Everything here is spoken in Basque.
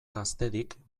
gaztedik